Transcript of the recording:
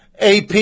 AP